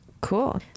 Cool